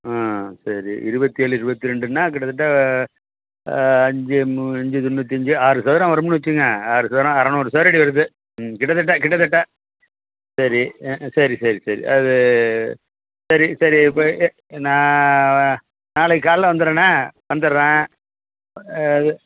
ம் சரி இருவத்தியேழு இருவத்தி ரெண்டுனா கிட்டத்திட்ட அஞ்சு அஞ்சு தொண்ணூத்தஞ்சு ஆறு சதுரம் வரும்னு வச்சுங்க ஆறு சதுரம் அறநூறு சதுரடி வருது ம் கிட்டத்தட்ட கிட்டத்தட்ட சரி ஆ சரி சரி சரி அது சரி சரி இப்போ நான் நாளைக்கு காலைல வந்துடுறேனே வந்துர்றேன்